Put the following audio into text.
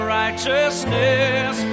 righteousness